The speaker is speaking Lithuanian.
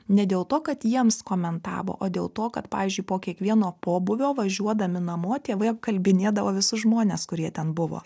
ne dėl to kad jiems komentavo o dėl to kad pavyzdžiui po kiekvieno pobūvio važiuodami namo tėvai apkalbinėdavo visus žmones kurie ten buvo